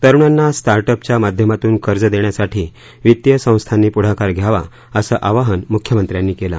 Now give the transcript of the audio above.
तरूणांना स्टार्टअपच्या माध्यमातून कर्ज देण्यासाठी वित्तीय संस्थानी पुढाकार घ्यावा असं आवाहन मुख्यमंत्र्यांनी केलं